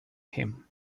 him